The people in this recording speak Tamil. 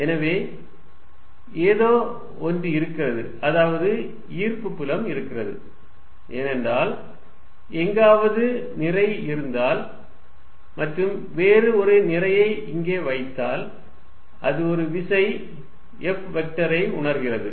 எனவே ஏதோ ஒன்று இருக்கிறது அதாவது ஈர்ப்பு புலம் இருக்கிறது ஏனென்றால் எங்காவது நிறை இருந்தால் மற்றும் வேறு ஒரு நிறையை இங்கே வைத்தால் இது ஒரு விசை F வெக்டரை உணர்கிறது